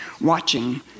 watching